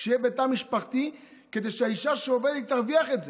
שזה יהיה בתא משפחתי כדי שהאישה שעובדת תרוויח את זה.